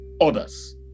others